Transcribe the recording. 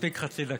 תספיק חצי דקה.